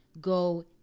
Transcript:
go